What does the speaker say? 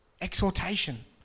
exhortation